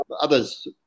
others